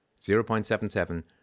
0.77